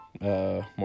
more